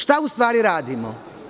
Šta u stvari radimo?